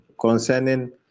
concerning